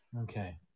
Okay